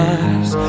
eyes